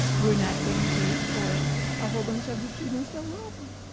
we're not getting paid for a whole bunch of the students that we're offering.